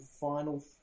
Final